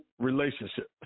relationship